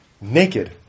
naked